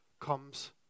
comes